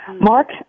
Mark